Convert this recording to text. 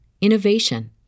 innovation